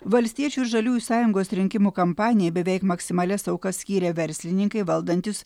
valstiečių ir žaliųjų sąjungos rinkimų kampanijai beveik maksimalias aukas skyrė verslininkai valdantys